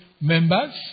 members